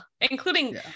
including